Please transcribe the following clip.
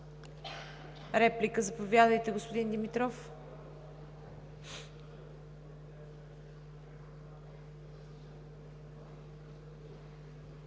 Реплики? Заповядайте, господин Димитров.